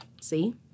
See